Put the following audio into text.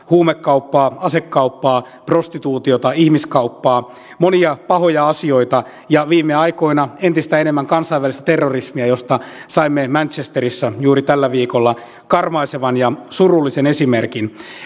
huumekauppaa asekauppaa prostituutiota ihmiskauppaa monia pahoja asioita ja viime aikoina entistä enemmän kansainvälistä terrorismia josta saimme manchesterissa juuri tällä viikolla karmaisevan ja surullisen esimerkin